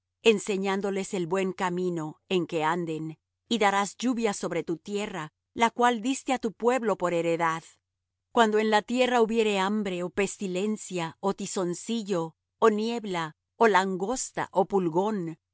enseñándoles el buen camino en que anden y darás lluvias sobre tu tierra la cual diste á tu pueblo por heredad cuando en la tierra hubiere hambre ó pestilencia ó tizoncillo ó niebla ó langosta ó pulgón si